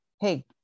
hey